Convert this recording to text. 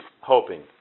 hoping